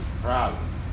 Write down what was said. Problem